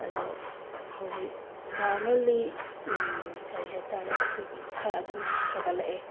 ꯑꯗꯨ ꯍꯧꯖꯤꯛ ꯅꯣꯔꯃꯦꯜꯂꯤ ꯀꯔꯤ ꯍꯥꯏ ꯇꯥꯔꯦ ꯑꯩꯈꯣꯏꯒꯤ ꯈꯔ ꯑꯗꯨꯝ ꯁꯥꯒꯠꯂꯛꯑꯦ